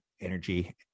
energy